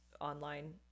online